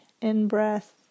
in-breath